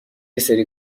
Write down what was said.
سری